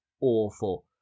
awful